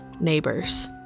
Neighbors